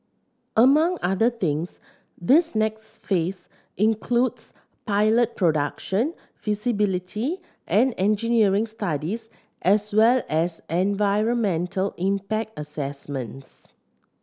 among other things this next phase includes pilot production feasibility and engineering studies as well as environmental impact assessments